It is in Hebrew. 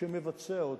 שמבצע אותה.